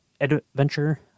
adventure